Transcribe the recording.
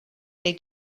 they